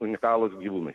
unikalūs gyvūnai